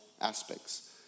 aspects